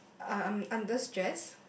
uh I'm under stress